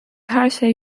herşey